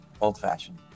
Old-fashioned